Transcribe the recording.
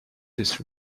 this